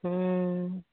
हूँ